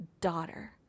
daughter